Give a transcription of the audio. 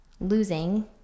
losing